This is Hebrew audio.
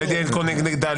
גור